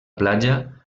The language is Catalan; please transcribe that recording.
platja